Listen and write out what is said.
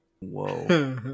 whoa